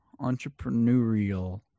Entrepreneurial